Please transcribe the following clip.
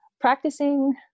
practicing